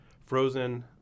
frozen